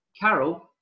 Carol